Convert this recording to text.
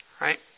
right